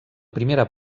primera